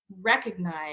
recognize